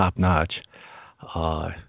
top-notch